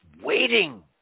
waiting